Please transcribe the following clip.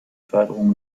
förderung